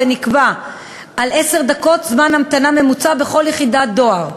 ונקבעו עשר דקות זמן המתנה ממוצע בכל יחידת דואר.